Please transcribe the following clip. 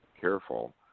careful